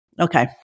Okay